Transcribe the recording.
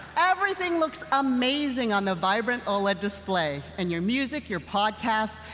everything looks amazing on the vibrant oled display. and your music, your podcasts,